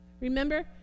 Remember